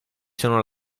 sono